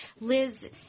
Liz